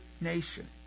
nation